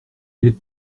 est